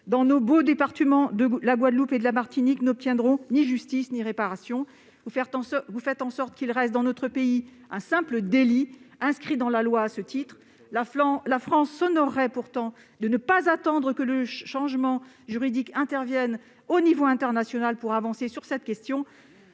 dans nos beaux départements de Guadeloupe et de Martinique n'obtiennent ni justice ni réparation. Vous faites en sorte que la loi de notre pays en reste à un simple délit. La France s'honorerait pourtant de ne pas attendre que le changement juridique intervienne au niveau international pour avancer sur cette question.